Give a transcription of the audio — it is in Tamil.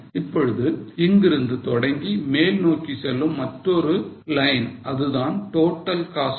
இப்பொழுது இங்கிருந்து தொடங்கி மேல் நோக்கி செல்லும் மற்றொரு லைன் அதுதான் total cost line